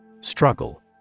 Struggle